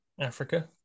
Africa